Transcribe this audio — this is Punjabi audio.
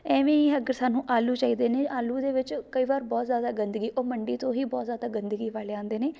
ਐਵੇਂ ਹੀ ਅਗਰ ਸਾਨੂੰ ਆਲੂ ਚਾਹੀਦੇ ਨੇ ਆਲੂ ਦੇ ਵਿੱਚ ਕਈ ਵਾਰ ਬਹੁਤ ਜ਼ਿਆਦਾ ਗੰਦਗੀ ਉਹ ਮੰਡੀ ਤੋਂ ਹੀ ਬਹੁਤ ਜ਼ਿਆਦਾ ਗੰਦਗੀ ਵਾਲੇ ਆਉਂਦੇ ਨੇ